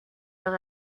leur